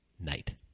night